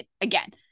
again